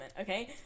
okay